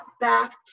back